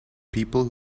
people